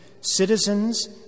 citizens